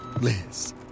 Liz